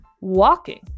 walking